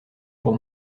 pour